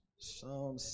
Psalm